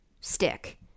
stick